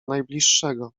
najbliższego